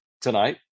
tonight